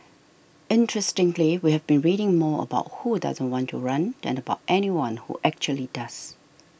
interestingly we have been reading more about who doesn't want to run than about anyone who actually does